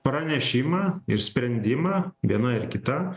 pranešimą ir sprendimą viena ir kita